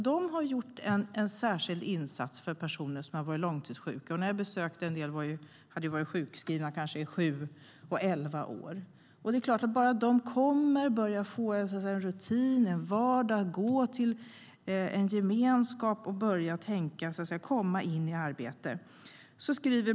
De har gjort en särskild insats för personer som varit långtidssjuka. En del hade varit sjukskrivna i kanske sju eller elva år. Nu har de fått rutiner i vardagen och en gemenskap att gå till.